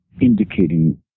indicating